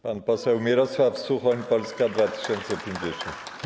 Pan poseł Mirosław Suchoń, Polska 2050.